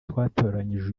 twatoranyije